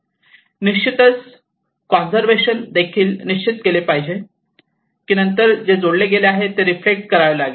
निश्चितच कॉन्सर्व्हशन देखील निश्चित केले पाहिजे की नंतर जे जोडले गेले आहे ते रिफ्लेक्ट करावे लागेल